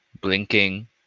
blinking